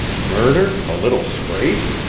murder, a little scrape?